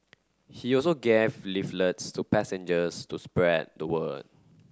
he also gave leaflets to passengers to spread the word